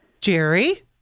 Jerry